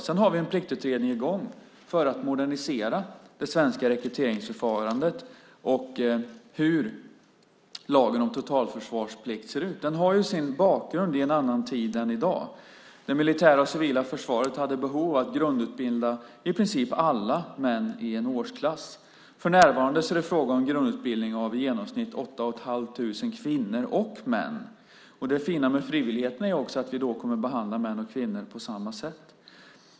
Sedan har vi en pliktutredning i gång för att modernisera det svenska rekryteringsförfarandet och se över lagen om totalförsvarsplikt. Den har sin bakgrund i en annan tid. Det militära och civila försvaret hade tidigare behov av att grundutbilda i princip alla män i en årsklass. För närvarande är det fråga om grundutbildning av i genomsnitt 8 500 kvinnor och män. Det fina med frivilligheten är att vi då kommer att behandla män och kvinnor på samma sätt.